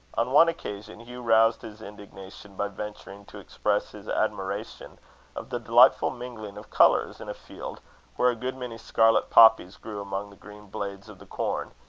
on one occasion, hugh roused his indignation by venturing to express his admiration of the delightful mingling of colours in a field where a good many scarlet poppies grew among the green blades of the corn,